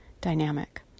dynamic